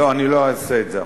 לא, אני לא אעשה את זה עכשיו.